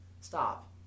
Stop